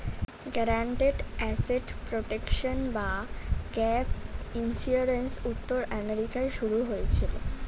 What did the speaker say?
guaranteed asset protection বা gap insurance উত্তর আমেরিকায় শুরু হয়েছিল